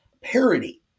Parody